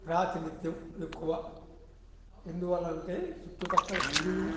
ప్రాతినిత్యం ఎక్కువ ఎందువలనంటే చుట్టుపక్కల గుడులు